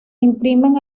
imprimen